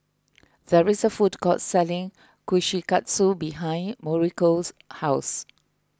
there is a food court selling Kushikatsu behind Mauricio's house